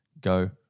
go